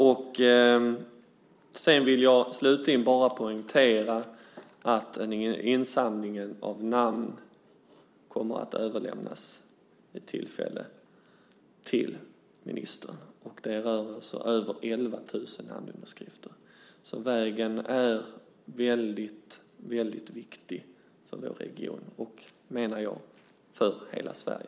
Slutligen vill jag bara poängtera att insamlingen av namn kommer att överlämnas till ministern vid tillfälle. Det är alltså över 11 000 namnunderskrifter, så vägen är väldigt viktig för vår region och, menar jag, för hela Sverige.